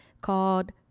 Called